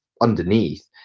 underneath